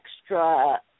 extra